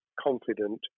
confident